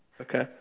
okay